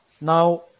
Now